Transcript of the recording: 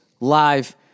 live